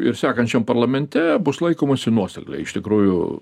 ir sekančiam parlamente bus laikomasi nuosekliai iš tikrųjų